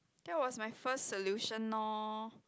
that was my first solution loh